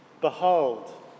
Behold